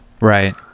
Right